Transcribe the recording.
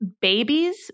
Babies